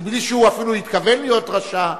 מבלי שהוא אפילו התכוון להיות רשע,